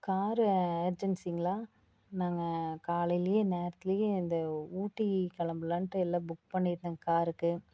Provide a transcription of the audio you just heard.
car ஏஜென்சிங்களா நாங்கள் காலையிலேயே நேரத்திலேயே அந்த ஊட்டி கிளம்பலான்ட்டு எல்லா புக் பண்ணிவிட்டேன் காருக்கு